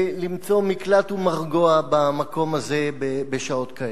למצוא מקלט ומרגוע במקום הזה בשעות כאלה.